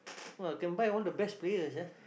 !wah! can buy all the best players ah